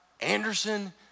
Anderson